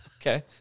Okay